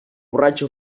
borratxo